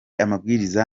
amabwiriza